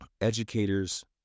educators